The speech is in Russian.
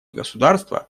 государства